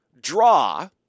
draw